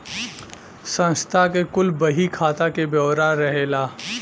संस्था के कुल बही खाता के ब्योरा रहेला